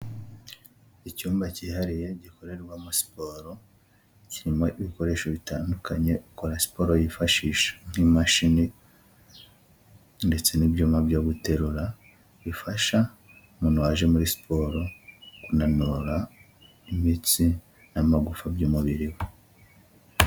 Icyumba cyihariye gikorerwamo siporo, kirimo ibikoresho bitandukanye ukora siporo yifashisha, nk'imashini ndetse n'ibyuma byo guterura bifasha umuntu waje muri siporo, kunanura imitsi n'amagufa by'umubiri we.